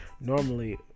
normally